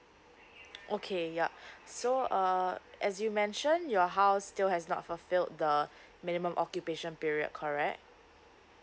okay ya so uh as you mention your house still has not fulfilled the minimum occupation period correct